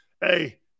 Hey